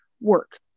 work